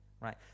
right